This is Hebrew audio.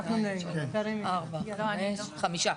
חמישה.